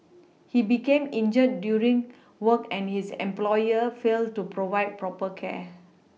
he became injured during work and his employer failed to provide proper care